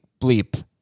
bleep